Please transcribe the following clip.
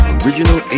original